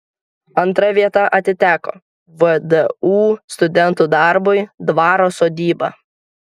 antra vieta atiteko vdu studentų darbui dvaro sodyba